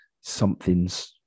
something's